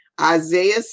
Isaiah